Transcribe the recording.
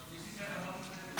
כשאני הגעתי לכנסת אני הצבתי לעצמי